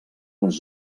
les